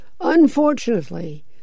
Unfortunately